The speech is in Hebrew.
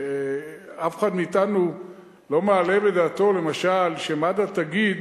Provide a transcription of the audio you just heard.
אף אחד מאתנו לא מעלה בדעתו, למשל, שמד"א תגיד